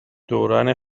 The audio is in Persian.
دوران